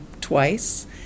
twice